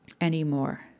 anymore